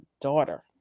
daughter